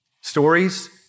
stories